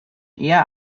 eher